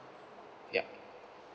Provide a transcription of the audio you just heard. ya